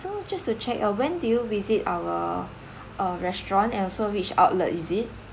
so just to check ah when did you visit our uh restaurant and also which outlet is it